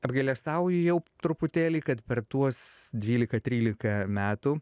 apgailestauju jau truputėlį kad per tuos dvylika trylika metų